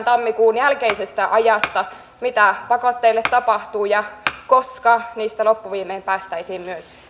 tammikuun jälkeisestä ajasta mitä pakotteille tapahtuu ja koska niistä loppuviimein päästäisiin myös